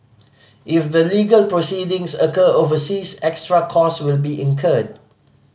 if the legal proceedings occur overseas extra costs will be incurred